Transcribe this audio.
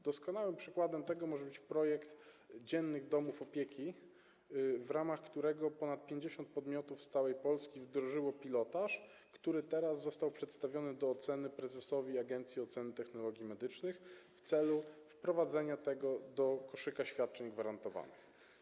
Doskonałym przykładem tego może być projekt dziennych domów opieki, w ramach którego ponad 50 podmiotów z całej Polski wdrożyło pilotaż przedstawiony do oceny prezesowi agencji oceny technologii medycznych w celu wprowadzenia tego do koszyka świadczeń gwarantowanych.